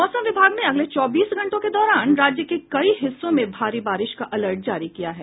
मौसम विभाग ने अगले चौबीस घंटों के दौरान राज्य के कई हिस्सों में भारी बारिश का अलर्ट जारी किया है